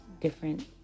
different